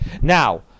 Now